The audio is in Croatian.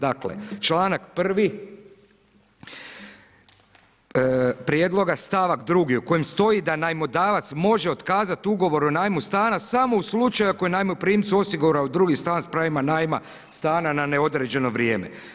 Dakle, čl. 1. Prijedloga, st. 2. u kojem stoji da najmodavac može otkazati Ugovor o najmu stana samo u slučaju ako je najmoprimcu osigurao drugi stan s pravima najma stana na neodređeno vrijeme.